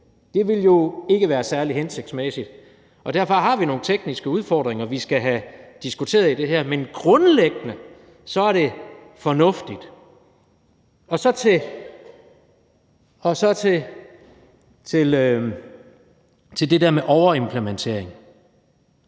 Det ville jo ikke være særlig hensigtsmæssigt, og derfor har vi nogle tekniske udfordringer i det her, vi skal have diskuteret. Men grundlæggende er det fornuftigt. Så til det der med overimplementering.